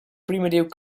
primitive